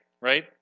right